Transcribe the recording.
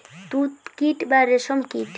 তুত কীট বা রেশ্ম কীট